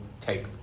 take